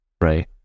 right